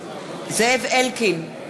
זאב אלקין,